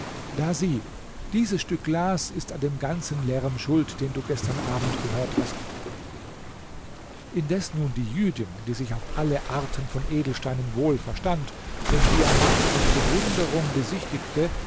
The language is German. da sieh dieses stück glas ist an dem ganzen lärm schuld den du gestern abend gehört hast indes nun die jüdin die sich auf alle arten von edelsteinen wohl verstand den diamant mit bewunderung besichtigte